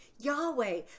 Yahweh